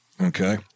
Okay